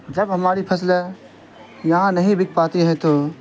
جب ہماری فصلیں یہاں نہیں بک پاتی ہیں تو